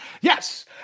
Yes